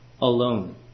alone